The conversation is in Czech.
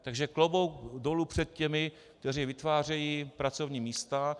Takže klobouk dolů před těmi, kteří vytvářejí pracovní místa.